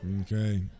Okay